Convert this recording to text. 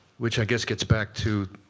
which i guess gets back to